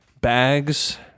bags